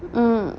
mm